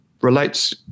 relates